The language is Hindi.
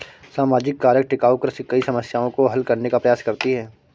सामाजिक कारक टिकाऊ कृषि कई समस्याओं को हल करने का प्रयास करती है